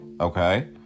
Okay